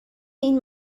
این